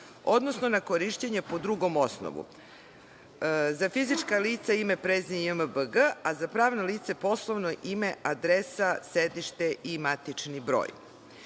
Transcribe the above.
odnosno na korišćenje po drugom osnovu. Za fizička lica – ime, prezime i JMBG, a za pravna lica – poslovno ime, adresa, sedište i matični